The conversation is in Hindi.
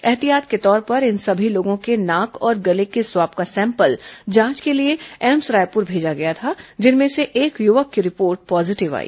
ऐहतियात के तौर पर इन सभी लोगों के नाक और गले के स्वाब का सैंपल जांच के लिए एम्स रायपुर भेजा गया था जिनमें से एक युवक की रिपोर्ट पॉजीटिव आई